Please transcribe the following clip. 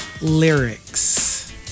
Lyrics